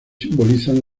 simbolizan